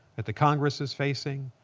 that the congress is facing.